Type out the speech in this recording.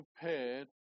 prepared